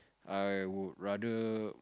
I would rather